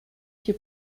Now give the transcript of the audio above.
się